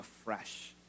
afresh